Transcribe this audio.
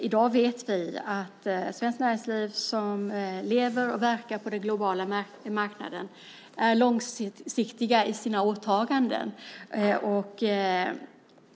I dag vet vi att svenskt näringsliv som lever och verkar på den globala marknaden är långsiktigt i sina åtaganden.